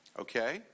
Okay